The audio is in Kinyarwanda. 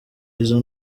izo